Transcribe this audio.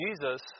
Jesus